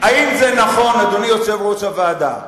האם זה נכון, אדוני יושב-ראש הוועדה,